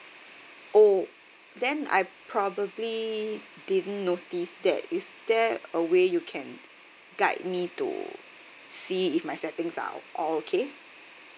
oh then I probably didn't notice that is there a way you can guide me to see if my settings are all okay